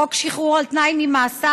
חוק שחרור על תנאי ממאסר,